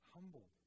humble